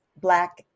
black